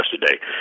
yesterday